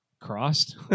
crossed